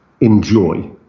enjoy